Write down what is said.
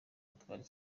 gutwara